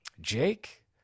Jake